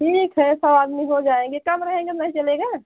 ठीक है सौ आदमी हो जाएँगे कम रहेंगे तो नहीं चलेगा